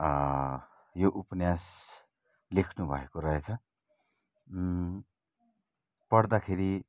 यो उपन्यास लेख्नुभएको रहेछ पढ्दाखेरि